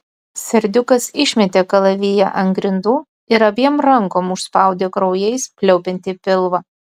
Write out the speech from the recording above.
serdiukas išmetė kalaviją ant grindų ir abiem rankom užspaudė kraujais pliaupiantį pilvą